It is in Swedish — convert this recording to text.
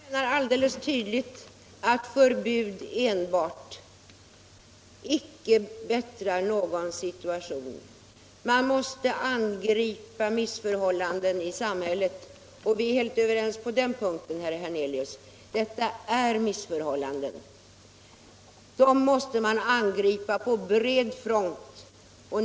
Herr talman! Jag menar alldeles tydligt att förbud enbart icke bättrar någon situation. Missförhållanden i samhället — och vi är helt överens. herr Hernelius, om att detta är missförhållanden - måste man angripa på bred front.